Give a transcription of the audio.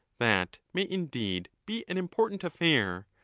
that may indeed be an important affair,